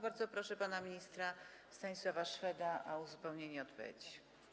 Bardzo proszę pana ministra Stanisława Szweda o uzupełnienie odpowiedzi.